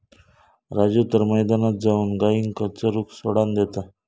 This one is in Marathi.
राजू तर मैदानात जाऊन गायींका चरूक सोडान देता